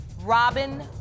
Robin